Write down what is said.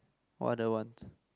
what the wants